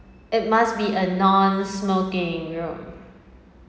it must be a non-smoking room